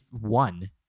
one